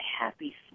happy